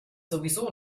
sowieso